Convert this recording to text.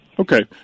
Okay